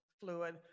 fluid